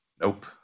Nope